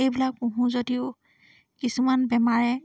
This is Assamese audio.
এইবিলাক পোহোঁ যদিও কিছুমান বেমাৰে